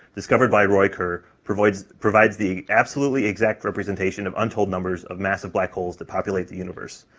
discovered by roy kerr, provides provides the absolutely exact representation of untold numbers of massive black holes to populate the universe.